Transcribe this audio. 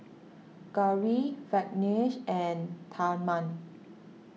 Gauri Verghese and Tharman